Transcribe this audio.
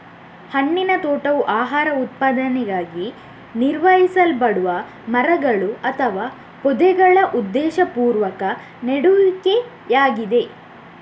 ಹಣ್ಣಿನ ತೋಟವು ಆಹಾರ ಉತ್ಪಾದನೆಗಾಗಿ ನಿರ್ವಹಿಸಲ್ಪಡುವ ಮರಗಳು ಅಥವಾ ಪೊದೆಗಳ ಉದ್ದೇಶಪೂರ್ವಕ ನೆಡುವಿಕೆಯಾಗಿದೆ